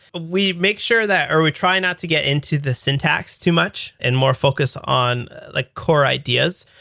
we make sure that or we try not to get into the syntax too much and more focused on like core ideas.